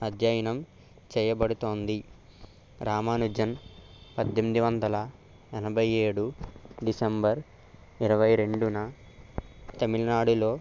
అధ్యయనం చేయబడుతుంది రామానుజన్ పద్దెనిమిది వందల ఎనభై ఏడు డిసెంబర్ ఇరవై రెండున తమిళనాడులో